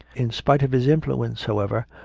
in spite of his influence, however,